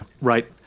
Right